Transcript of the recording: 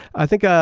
i think ah